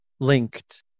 linked